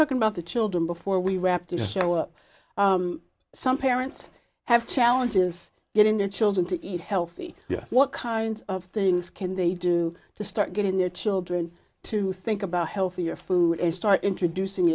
talking about the children before we wrap this up some parents have challenges getting their children to eat healthy yes what kinds of things can they do to start getting your children to think about healthier food and start introducing